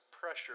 pressure